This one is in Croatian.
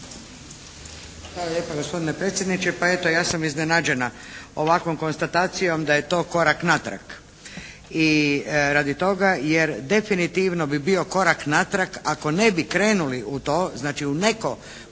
Hvala lijepa gospodine predsjedniče. Pa eto ja sam iznenađena ovakvom konstatacijom da je to korak natrag i radi toga jer definitivno bi bio korak natrag ako ne bi krenuli u to, znači u neko